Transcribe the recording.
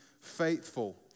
faithful